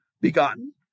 begotten